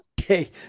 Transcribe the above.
Okay